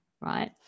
Right